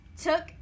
took